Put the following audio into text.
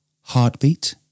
heartbeat